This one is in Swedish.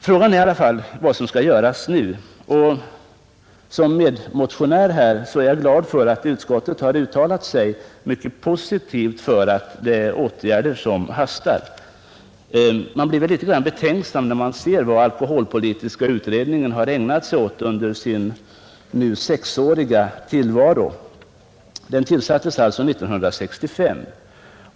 Frågan är vad som skall göras nu. Som medmotionär är jag glad för att utskottet har uttalat sig mycket positivt för uppfattningen att åtgärder hastar. Man blir dock ganska betänksam när man ser vad alkoholpolitiska utredningen har ägnat sig åt under sin sexåriga tillvaro. Den tillsattes 1965.